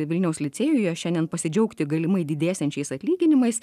vilniaus licėjuje šiandien pasidžiaugti galimai didėsiančiais atlyginimais